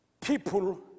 people